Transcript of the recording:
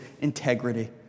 integrity